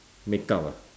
make up ah